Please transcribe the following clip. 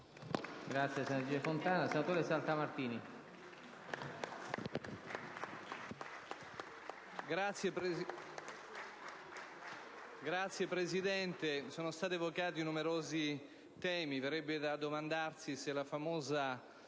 Signor Presidente, sono stati evocati numerosi temi.